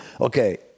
Okay